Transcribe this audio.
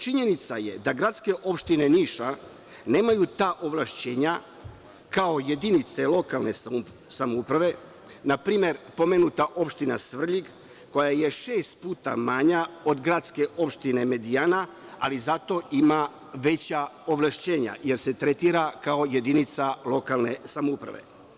Činjenica je da gradske opštine Niša nemaju ta ovlašćenja kao jedinice lokalne samouprave, na primer, pomenuta opština Svrljig, koja je šest puta manja od gradske opštine Medijana, ali zato ima veća ovlašćenja, jer se tretira kao jedinica lokalne samouprave.